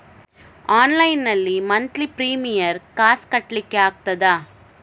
Online ನಲ್ಲಿ monthly premier ಕಾಸ್ ಕಟ್ಲಿಕ್ಕೆ ಆಗ್ತದಾ?